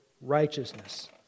righteousness